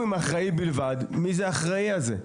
עם האחראי בלבד' - מי זה האחראי הזה?